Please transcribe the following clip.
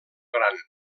gran